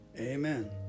Amen